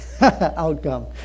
Outcome